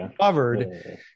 covered –